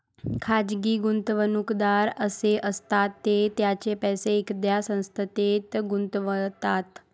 खाजगी गुंतवणूकदार असे असतात जे त्यांचे पैसे एखाद्या संस्थेत गुंतवतात